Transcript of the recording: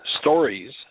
stories